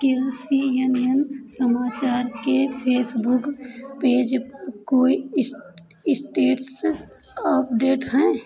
किन C N N समाचार के फ़ेसबुक पेज पर कोई इष्टेट्स अपडेट हैं